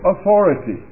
authority